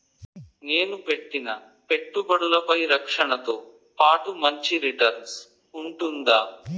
నేను పెట్టిన పెట్టుబడులపై రక్షణతో పాటు మంచి రిటర్న్స్ ఉంటుందా?